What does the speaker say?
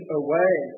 away